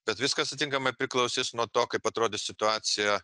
bet viskas atinkamai priklausys nuo to kaip atrodys situacija